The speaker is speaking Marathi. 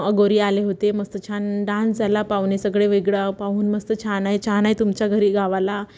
अघोरी आले होते मस्त छान डान्स झाला पाहुणे सगळे वेगळं पाहून मस्त छान आहे छान आहे तुमच्या घरी गावाला